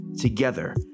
Together